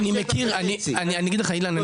אני אגיד לך אילן,